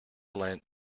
lent